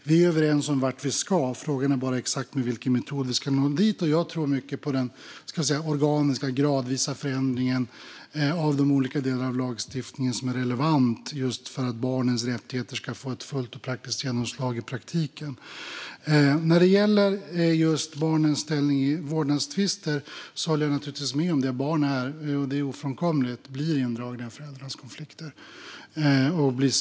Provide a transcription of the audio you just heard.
Vi är överens om vart vi ska; frågan är bara exakt med vilken metod vi ska nå dit. Jag tror mycket på den organiska, gradvisa förändringen av de olika delar i lagstiftningen som är relevanta just för att barnens rättigheter ska få ett fullt genomslag i praktiken. När det gäller barnens ställning i vårdnadstvister håller jag naturligtvis med: Att barn blir indragna i föräldrarnas konflikter är ofrånkomligt.